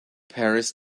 paris